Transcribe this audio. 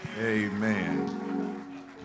Amen